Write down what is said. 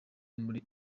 muri